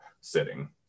sitting